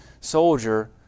soldier